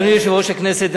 אדוני יושב-ראש הכנסת,